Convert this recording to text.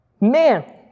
Man